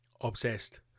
obsessed